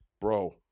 bro –